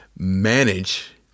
manage